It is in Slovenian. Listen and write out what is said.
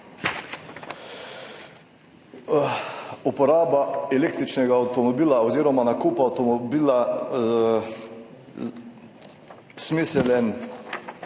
uporaba električnega avtomobila oziroma nakup avtomobila smiseln